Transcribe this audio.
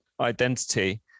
identity